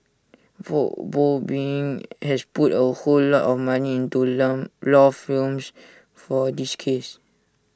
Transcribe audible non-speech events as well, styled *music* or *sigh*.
*unintelligible* boeing has put A whole lot of money into long law firms for this case